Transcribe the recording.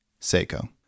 Seiko